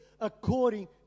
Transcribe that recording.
according